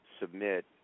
submit